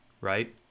right